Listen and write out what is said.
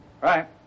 Right